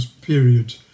period